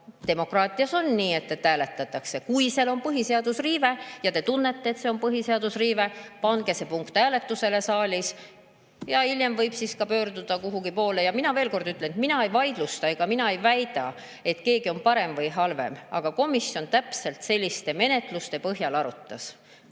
Ja demokraatias on nii, et hääletatakse. Kui seal on põhiseaduse riive ja te tunnete, et see on põhiseaduse riive, pange see punkt hääletusele saalis. Hiljem võib veel pöörduda kuhugi. Ma veel kord ütlen: mina ei vaidlusta midagi ega väida, et keegi on parem või halvem, aga komisjon täpselt selliste menetluste põhjal asja